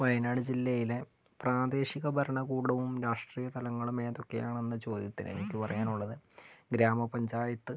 വയനാട് ജില്ലയിലെ പ്രാദേശിക ഭരണകൂടവും രാഷ്ട്രീയ തലങ്ങളും ഏതോക്കെയാണെന്ന ചോദ്യത്തിന് എനിക്ക് പറയാനുള്ളത് ഗ്രാമപഞ്ചായത്ത്